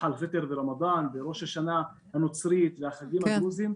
ראש השנה הנוצרית והחגים הדרוזיים,